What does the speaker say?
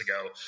ago